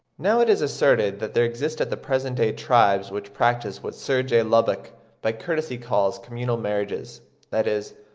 now it is asserted that there exist at the present day tribes which practise what sir j. lubbock by courtesy calls communal marriages that is,